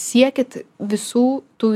siekit visų tų